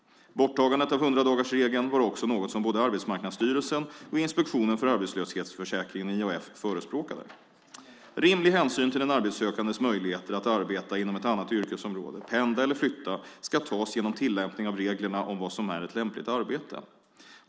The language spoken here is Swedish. Borttagandet av 100-dagarsregeln var också något som både Arbetsmarknadsstyrelsen och Inspektionen för arbetslöshetsförsäkringen förespråkade. Rimlig hänsyn till den arbetssökandes möjligheter att arbeta inom ett annat yrkesområde, pendla eller flytta ska tas genom tillämpning av reglerna om vad som är ett lämpligt arbete.